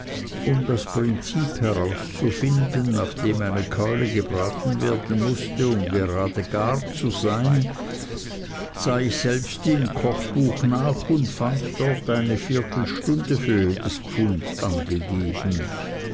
um das prinzip herauszufinden nach dem eine keule gebraten werden mußte um gerade richtig gar zu sein sah ich selbst im kochbuch nach und fand dort eine viertelstunde für jedes pfund angegeben